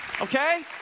okay